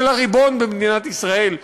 של הריבון במדינת ישראל,